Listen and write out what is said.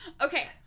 Okay